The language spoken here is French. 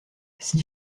six